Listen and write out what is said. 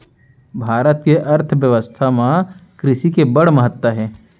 भारत के अर्थबेवस्था म कृसि के बड़ महत्ता हे